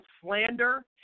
slander